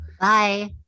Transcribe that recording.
Bye